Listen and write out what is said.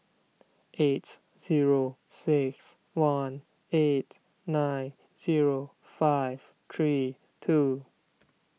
eight zero six one eight nine zero five three two